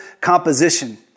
composition